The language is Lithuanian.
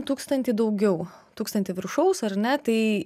tūkstantį daugiau tūkstantį viršaus ar ne tai